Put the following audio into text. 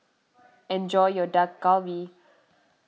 enjoy your Dak Galbi